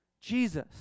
Jesus